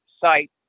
site